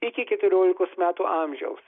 iki keturiolikos metų amžiaus